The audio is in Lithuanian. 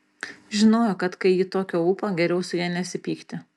žinojo kad kai ji tokio ūpo geriau su ja nesipykti